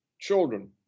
children